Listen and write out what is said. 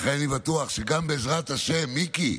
לכן אני בטוח שגם בעזרת השם, מיקי,